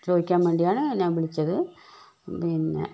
ചോദിക്കാൻ വേണ്ടിയാണ് ഞാൻ വിളിച്ചത് പിന്നെ